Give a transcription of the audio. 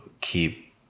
keep